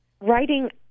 writing